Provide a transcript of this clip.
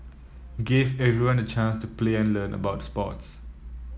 gave everyone the chance to play and learn about sports